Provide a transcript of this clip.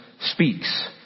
speaks